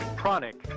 Chronic